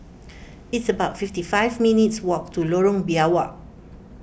it's about fifty five minutes' walk to Lorong Biawak